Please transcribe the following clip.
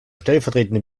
stellvertretende